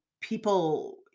people